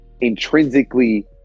intrinsically